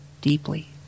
deeply